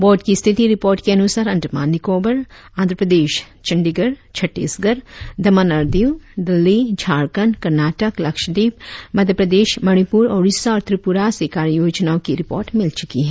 board की स्थिति report के अनुसार अंडमान निकोबार आंध्रप्रदेश चंडीगढ़ छत्तीसगढ़ दमन और द्वीव दिल्ली झारखं ड कर्नाटक लक्षदीप मध्यप्रदेश मणिपुर ओड़िशा और त्रिपुरा से कार्य योजनाओं की रिपोर्ट मिल चुकी है